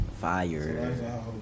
Fire